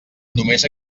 només